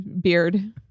beard